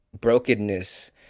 brokenness